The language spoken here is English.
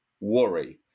worry